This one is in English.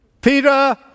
Peter